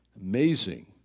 Amazing